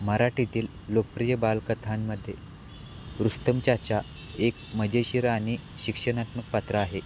मराठीतील लोकप्रिय बालकथांमध्ये रूस्तमचाचा एक मजेशीर आणि शिक्षणात्मक पात्र आहे